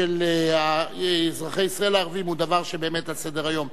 של אזרחי ישראל הערבים הוא דבר שבאמת על סדר-היום.